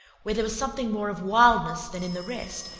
where there was something more of wildness than in the rest,